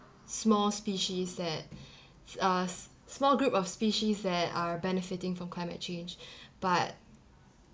small species that s~ a s~ small group of species that are benefiting from climate change but